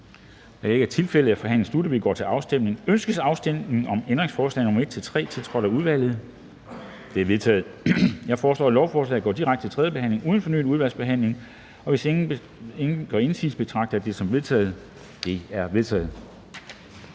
Afstemning Formanden (Henrik Dam Kristensen): Ønskes afstemning om ændringsforslag nr. 1-3, tiltrådt af udvalget? De er vedtaget. Jeg foreslår, at lovforslaget går direkte til tredje behandling uden fornyet udvalgsbehandling. Hvis ingen gør indsigelse, betragter jeg det som vedtaget. Det er vedtaget.